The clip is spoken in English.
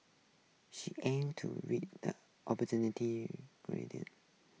she aim to read the opportunity